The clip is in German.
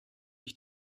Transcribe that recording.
ich